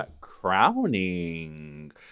crowning